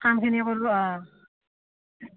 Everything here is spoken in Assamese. কামখিনি কৰো অঁ